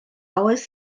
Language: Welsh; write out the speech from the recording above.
oes